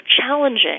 challenging